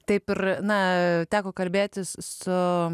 taip ir na teko kalbėtis su